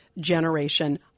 generation